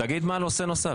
תגיד מה הנושא הנוסף?